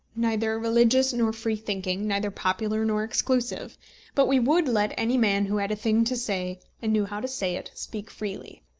neither religious nor free-thinking, neither popular nor exclusive but we would let any man who had a thing to say, and knew how to say it, speak freely.